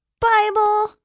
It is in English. Bible